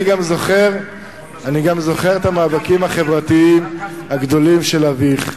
אני גם זוכר את המאבקים החברתיים הגדולים של אביך,